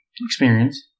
experience